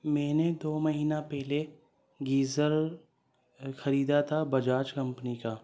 میں نے دو مہینہ پہلے گیزر خریدا تھا بجاج کمپنی کا